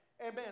amen